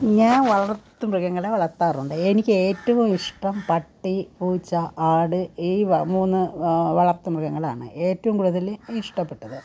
ഞാൻ വളർത്തു മൃഗങ്ങളെ വളത്താറുണ്ട് എനിക്കേറ്റവും ഇഷ്ടം പട്ടി പൂച്ച ആട് ഈ മൂന്ന് വളർത്തു മൃഗങ്ങളാണ് ഏറ്റവും കൂടുതൽ ഇഷ്ടപ്പെട്ടത്